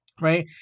Right